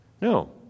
No